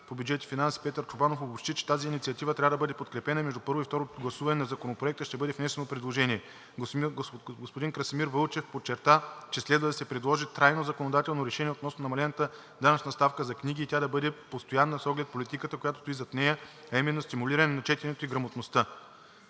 по бюджет и финанси Петър Чобанов обобщи, че тази инициатива трябва да бъде подкрепена и между първо и второ гласуване на Законопроекта ще бъде внесено предложение. Господин Красимир Вълчев подчерта, че следва да се предложи трайно законодателно решение относно намалената данъчна ставка за книги и тя да бъде постоянна с оглед политиката, която стои зад нея, а именно стимулиране на четенето и грамотността.